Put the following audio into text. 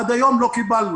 עד היום לא קיבלנו.